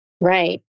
Right